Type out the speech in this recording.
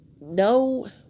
no